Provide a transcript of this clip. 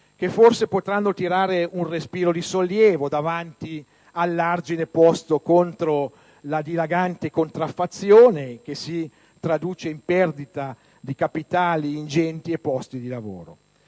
che forse potranno tirare un respiro di sollievo davanti all'argine posto contro la dilagante contraffazione che si traduce in perdita di capitali ingenti e posti di lavoro.